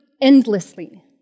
endlessly